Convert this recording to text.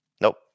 Nope